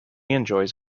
enjoys